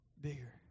bigger